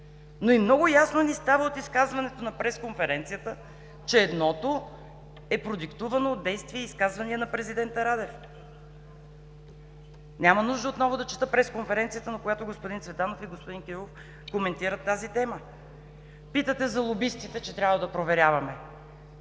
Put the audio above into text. но и много ясно ни става от изказването на пресконференцията, че едното е продиктувано от действия и изказвания на президента Радев. Няма нужда отново да чета пресконференцията, на която господин Цветанов и господин Кирилов коментират тази тема. Питате за лобистите, че трябва да проверяваме.